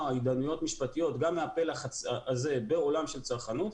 התדיינויות משפטיות גם בפלח הזה בעולם של צרכנות,